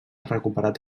recuperat